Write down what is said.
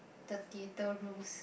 the theatre rules